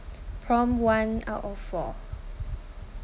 prompt one out of four